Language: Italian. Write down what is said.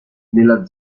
nella